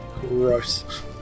gross